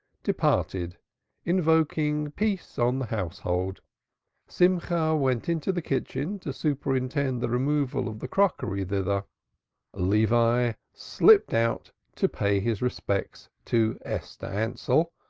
departed invoking peace on the household simcha went into the kitchen to superintend the removal of the crockery thither levi slipped out to pay his respects to esther ansell,